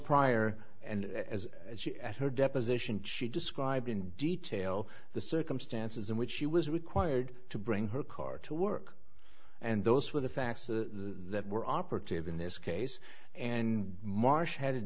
prior and as she and her deposition she described in detail the circumstances in which she was required to bring her car to work and those were the facts of the were operative in this case and marsh had